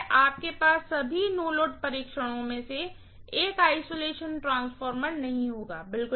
आपके पास सभी नो लोड परीक्षणों में एक आइसोलेशन ट्रांसफार्मर नहीं होगा बिल्कुल नहीं